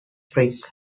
creek